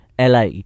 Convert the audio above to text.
LA